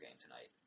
tonight